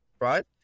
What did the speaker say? Right